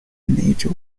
major